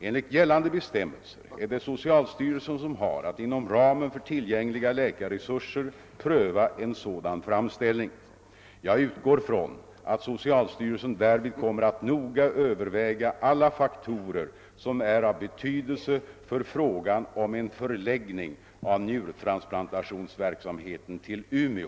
Enligt gällande bestämmelser är det socialstyrelsen som har ått inom ramen för tillgängliga läkarresurser pröva en sådan framställning. Jag utgår från att socialstyrelsen därvid kommer att noga Ööverväga alla faktorer som är av betydelse för frågan om en förläggning av njurtransplantationsverksamhet till Umeå.